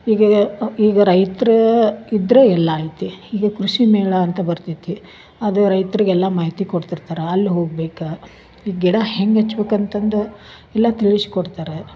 ಈಗ ಈಗ ರೈತರು ಇದ್ದರೆ ಎಲ್ಲಾ ಐತಿ ಈಗ ಕೃಷಿ ಮೇಳ ಅಂತ ಬರ್ತೈತಿ ಅದು ರೈತ್ರಿಗೆ ಎಲ್ಲ ಮಾಹಿತಿ ಕೊಡ್ತಿರ್ತಾರೆ ಅಲ್ಲಿ ಹೋಗ್ಬೇಕು ಈ ಗಿಡ ಹೆಂಗೆ ಹಚ್ಕೊಬೇಕು ಅಂತಂದು ಎಲ್ಲ ತಿಳಿಶ್ಕೊಡ್ತಾರೆ